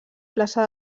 plaça